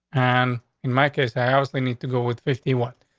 and in my case, i actually need to go with fifty one.